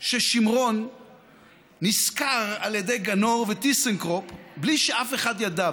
ששמרון נשכר על ידי גנור וטיסנקרופ בלי שאף אחד ידע,